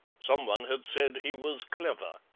some one had said he was clever,